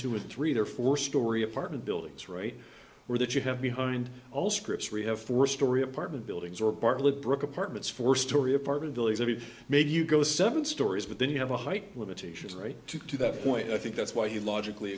or three or four story apartment buildings right there that you have behind all scripts rehab four story apartment buildings or bartlett brook apartments four story apartment building maybe you go seven stories but then you have a height limitations right to that point i think that's why he logically